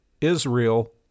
Israel